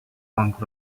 funk